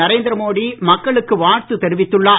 நரேந்திர மோடி மக்களுக்கு வாழ்த்து தெரிவித்துள்ளார்